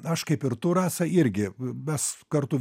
aš kaip ir tu rasa irgi mes kartu